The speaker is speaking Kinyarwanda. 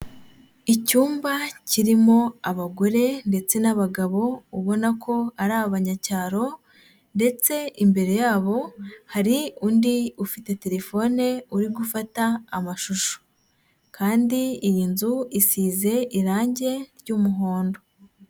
Icyumba kirimo abagore ndetse n'abagabo, ubona ko ari abanyacyaro ndetse imbere yabo hari undi ufite telefone uri gufata amashusho kandi iyi nzu isize irange ry'umuhondo.